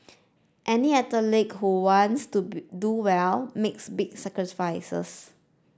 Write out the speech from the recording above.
any athlete who wants to do well makes big sacrifices